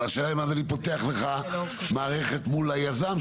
אבל השאלה היא אם אז זה פותח לך מערכת מול היזם,